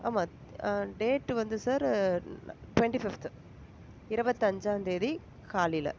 ஆமாம் டேட் வந்து sir twenty fifth இருவத்தஞ்சாம் தேதி காலையில்